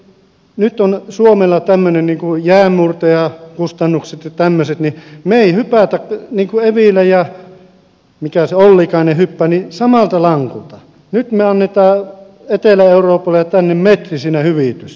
nyt kun on suomella jäänmurtajakustannukset ja tämmöiset niin me emme hyppää niin kuin evilä ja ollikainen hyppäävät samalta lankulta nyt me annamme etelä euroopalle metrin siinä hyvitystä